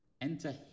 Enter